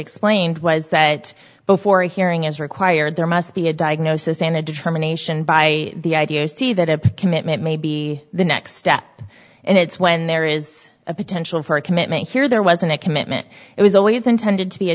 explained was that before hearing is required there must be a diagnosis and a determination by the idea you see that a commitment may be the next step and it's when there is a potential for a commitment here there wasn't a commitment it was always intended to be a